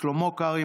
שלמה קרעי,